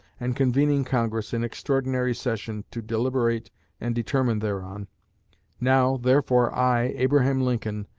and convening congress in extraordinary session to deliberate and determine thereon now, therefore, i, abraham lincoln,